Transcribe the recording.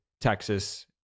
texas